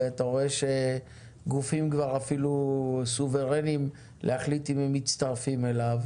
ואתה רואה שגופים כבר אפילו סוברנים להחליט אם הם מצטרפים אליו.